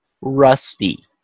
rusty